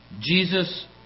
Jesus